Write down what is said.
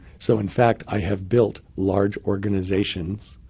so in fact i have built large organizations,